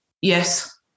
yes